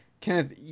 Kenneth